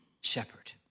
shepherd